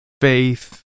faith